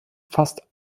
fast